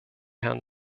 herrn